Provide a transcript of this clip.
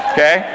Okay